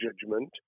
judgment